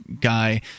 guy